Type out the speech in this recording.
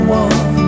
one